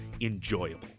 enjoyable